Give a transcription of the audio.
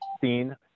seen